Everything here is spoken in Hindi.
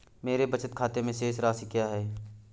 मेरे बचत खाते में शेष राशि क्या है?